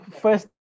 first